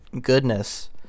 goodness